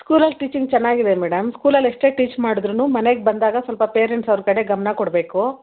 ಸ್ಕೂಲಲ್ಲಿ ಟೀಚಿಂಗ್ ಚೆನ್ನಾಗಿದೆ ಮೇಡಮ್ ಸ್ಕೂಲಲ್ಲಿ ಎಷ್ಟೇ ಟೀಚ್ ಮಾಡ್ದ್ರೂ ಮನೆಗೆ ಬಂದಾಗ ಸ್ವಲ್ಪ ಪೇರೆಂಟ್ ಅವರ ಕಡೆ ಗಮನ ಕೊಡಬೇಕು